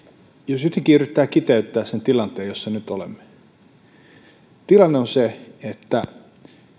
jos jotenkin yrittää kiteyttää sen tilanteen jossa nyt olemme niin tilanne on se että